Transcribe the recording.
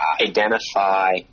identify